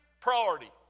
priority